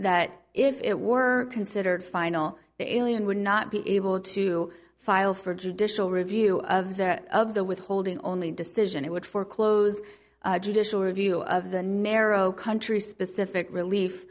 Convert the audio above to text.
that if it were considered final the alien would not be able to file for judicial review of that of the withholding only decision it would foreclose judicial review of the narrow country specific relief